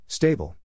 Stable